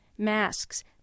masks